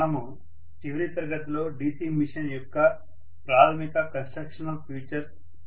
మనము చివరి తరగతిలో DC మెషిన్ యొక్క ప్రాథమిక కన్స్ట్రక్షనల్ ఫీచర్స్ చూసాము